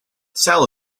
sal